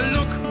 Look